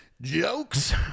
jokes